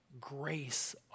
grace